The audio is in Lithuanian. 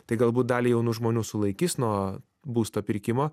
tai galbūt dalį jaunų žmonių sulaikys nuo būsto pirkimo